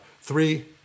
three